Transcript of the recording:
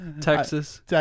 Texas